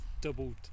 doubled